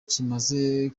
kimaze